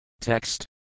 Text